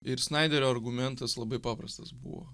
ir snaiderio argumentas labai paprastas buvo